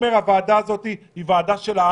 הוועדה הזו היא של העם,